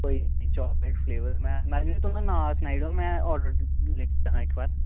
ते कोई निं चॉकलेट फ्लेवर मैडम जी तुसेंगी नां में लिखी लें इक्क बार